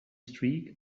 streak